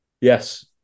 Yes